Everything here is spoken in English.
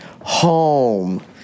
home